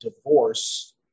divorce